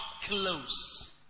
close